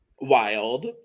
Wild